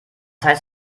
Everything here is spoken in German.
heißt